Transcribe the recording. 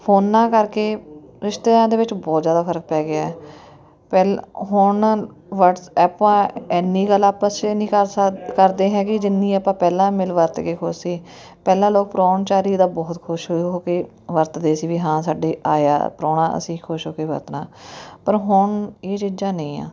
ਫੋਨਾਂ ਕਰਕੇ ਰਿਸ਼ਤੇਦਾਰਾਂ ਦੇ ਵਿੱਚ ਬਹੁਤ ਜ਼ਿਆਦਾ ਫਰਕ ਪੈ ਗਿਆ ਪਹਿਲ ਹੁਣ ਵਟਸਐਪਾਂ ਇੰਨੀ ਗੱਲ ਆਪਸ 'ਚ ਨਹੀਂ ਕਰ ਸਕ ਕਰਦੇ ਹੈਗੇ ਜਿੰਨੀ ਆਪਾਂ ਪਹਿਲਾਂ ਮਿਲਵਰਤ ਕੇ ਖੁਸ਼ ਸੀ ਪਹਿਲਾਂ ਲੋਕ ਪ੍ਰੋਹਣਚਾਰੀ ਦਾ ਬਹੁਤ ਖੁਸ਼ ਹੋ ਹੋ ਕੇ ਵਰਤਦੇ ਸੀ ਵੀ ਹਾਂ ਸਾਡੇ ਆਇਆ ਪ੍ਰਾਹੁਣਾ ਅਸੀਂ ਖੁਸ਼ ਹੋ ਕੇ ਵਰਤਣਾ ਪਰ ਹੁਣ ਇਹ ਚੀਜ਼ਾਂ ਨਹੀਂ ਆ